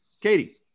Katie